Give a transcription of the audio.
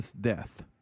death